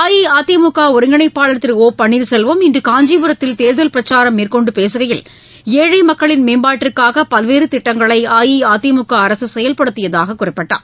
அஇஅதிமுக ஒருங்கிணைப்பாளர் திரு ஒ பன்னீர்செல்வம் இன்று காஞ்சிபுரத்தில் தேர்தல் பிரச்சாரம் மேற்கொன்டு பேசுகையில் ஏழை மக்களின் மேம்பாட்டிற்காக பல்வேறு திட்டங்களை அஇஅதிமுக அரசு செயல்படுத்தியதாக குறிப்பிட்டார்